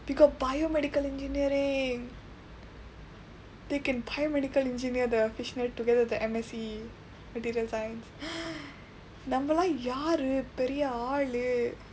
we got biomedical engineering they can biomedical engineer the fish net together with the M_N_C material science நம்ம எல்லாம் யாரு பெரிய ஆளு :namma ellaam yaaru periya aalu